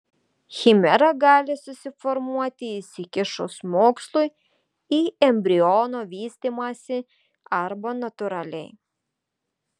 chimera gali susiformuoti įsikišus mokslui į embriono vystymąsi arba natūraliai